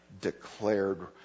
declared